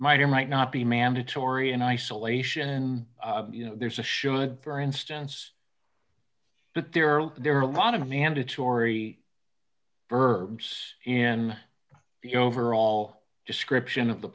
might or might not be mandatory and isolation you know there's a should bear instance but there are there are a lot of mandatory verbs in the overall description of the